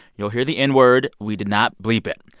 you'll hear the n-word. we did not bleep it.